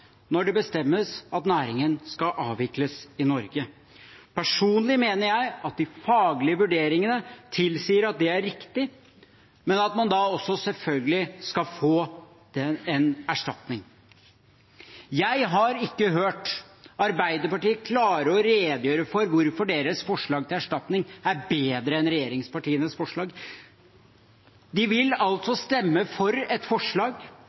når det bestemmes at næringen skal avvikles i Norge. Personlig mener jeg at de faglige vurderingene tilsier at det er riktig, men at man da selvfølgelig skal få en erstatning. Jeg har ikke hørt Arbeiderpartiet klare å redegjøre for hvorfor deres forslag til erstatning er bedre enn regjeringspartienes forslag. De vil altså stemme for et forslag